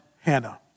Hannah